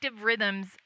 rhythms